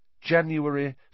January